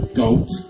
goat